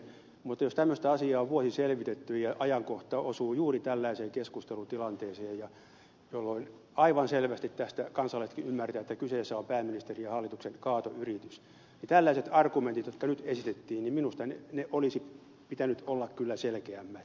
mutta jos tämmöistä asiaa on vuosi selvitetty ja ajankohta osuu juuri tällaiseen keskustelutilanteeseen jolloin aivan selvästi tästä kansalaisetkin ymmärtävät että kyseessä on pääministerin ja hallituksen kaatoyritys niin tällaisten argumenttien jotka nyt esitettiin olisi minusta pitänyt olla kyllä selkeämmät